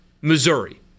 Missouri